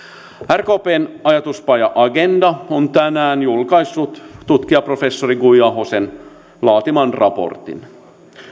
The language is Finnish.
rkpn ajatuspaja agenda on tänään julkaissut tutkijaprofessori guy ahosen laatiman raportin